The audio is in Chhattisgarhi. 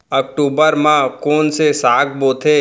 अक्टूबर मा कोन से साग बोथे?